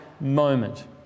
moment